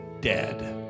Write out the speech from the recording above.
dead